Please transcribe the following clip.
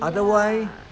otherwise